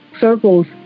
circles